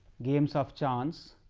games of chance,